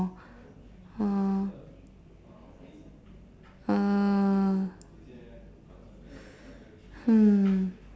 uh mm